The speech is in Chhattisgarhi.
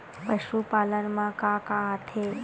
पशुपालन मा का का आथे?